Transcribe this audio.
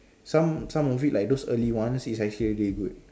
some some of it like those early one is actually really good